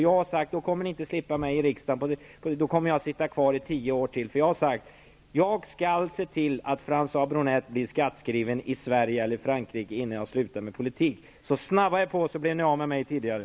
Då kommer ni inte att slippa mig i riksdagen. Då kommer jag att sitta kvar i tio år till. Jag har sagt att jag skall se till att François Bronett blir skattskriven i Sverige eller Frankrike innan jag slutar med politik. Så snabba er på, så blir ni av med mig tidigare.